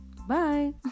Bye